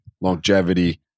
longevity